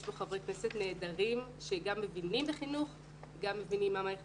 כאן חברי כנסת נהדרים שגם מבינים בחינוך וגם מבינים מה מערכת